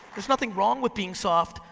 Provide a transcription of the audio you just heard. there's nothing wrong with being soft,